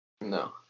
No